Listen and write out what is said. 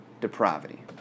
depravity